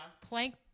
plank